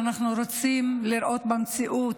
אנחנו רוצים לראות מה קורה במציאות.